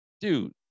dude